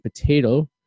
potato